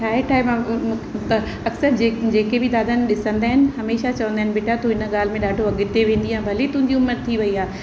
ठाहे ठाहे मां त अकसरु जे जेके बि दादाजन ॾिसंदा आहिनि हमेशह चवंदा आहिनि बेटा तू हिन ॻाल्हि में ॾाढो अॻिते वेंदीअ भले तुंहिंजी उमिरि थी वयी आहे